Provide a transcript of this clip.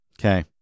okay